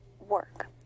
work